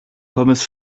pommes